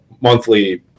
monthly